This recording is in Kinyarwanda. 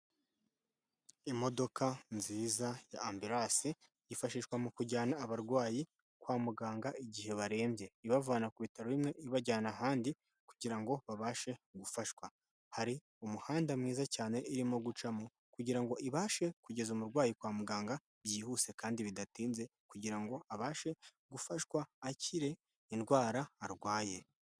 Imodoka nziza ya ambirasi yifashishwa mu kujyana abarwayi kwa muganga igihe barembye, ibavana ku bitaro bimwe ibajyana ahandi kugira ngo babashe gufashwa, hari umuhanda mwiza cyane irimo gucamo kugirango ngo ibashe kugeza umurwayi kwa muganga byihuse kandi bidatinze kugira ngo abashe gufashwa, akire indwara arwaye.